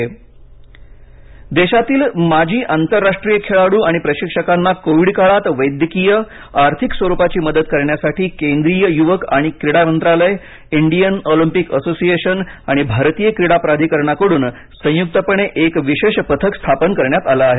मदत देशातील माजी आंतरराष्ट्रीय खेळाडू आणि प्रशिक्षकांना कोविड काळात वैद्यकीय आर्थिक स्वरूपाची मदत करण्यासाठी केंद्रीय युवक आणि क्रीडा मंत्रालय इंडियन ऑलिम्पिक असोसिएशन आणि भारतीय क्रीडा प्राधिकरणाकडून संयुक्तपणे एक विशेष पथक स्थापन करण्यात आलं आहे